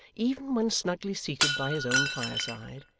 even when snugly seated by his own fireside,